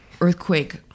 earthquake